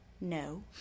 no